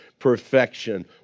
perfection